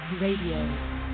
Radio